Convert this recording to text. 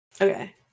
Okay